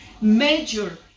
major